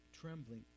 trembling